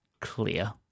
clear